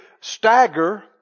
stagger